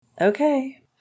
Okay